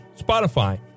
Spotify